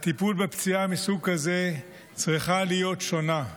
הטיפול בפציעה מסוג כזה צריך להיות שונה.